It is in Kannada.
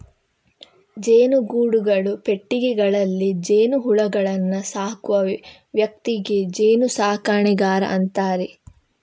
ಜೇನುಗೂಡುಗಳು, ಪೆಟ್ಟಿಗೆಗಳಲ್ಲಿ ಜೇನುಹುಳುಗಳನ್ನ ಸಾಕುವ ವ್ಯಕ್ತಿಗೆ ಜೇನು ಸಾಕಣೆಗಾರ ಅಂತಾರೆ